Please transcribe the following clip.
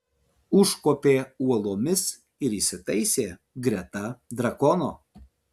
užkopė uolomis ir įsitaisė greta drakono